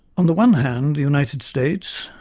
on the one hand, the united states,